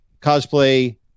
cosplay